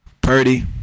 Purdy